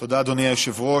תודה, אדוני היושב-ראש.